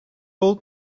old